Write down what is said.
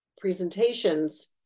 presentations